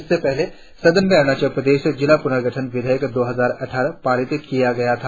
इससे पहले सदन ने अरुणाचल प्रदेश जिला पुर्नगठन विधेयक दो हजार अटठारह पारित किया था